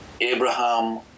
Abraham